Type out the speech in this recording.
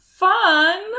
fun